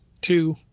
two